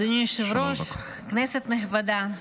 אדוני היושב-ראש, כנסת נכבדה,